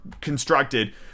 constructed